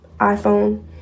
iPhone